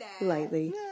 lightly